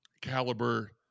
caliber